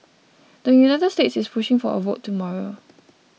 the United States is pushing for a vote tomorrow